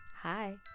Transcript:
hi